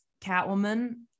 Catwoman